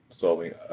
solving